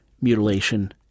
mutilation